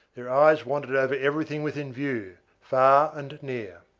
their eyes wandered over everything within view, far and near.